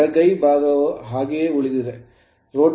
ಎಡಗೈ ಭಾಗವು ಹಾಗೆಯೇ ಉಳಿದಿದೆ